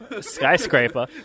skyscraper